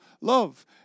love